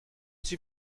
suis